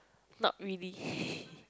not really